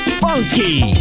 funky